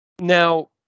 now